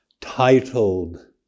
titled